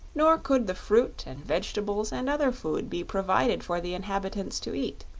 nor could the fruit and vegetables and other food be provided for the inhabitants to eat.